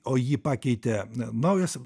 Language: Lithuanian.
o jį pakeitė naujas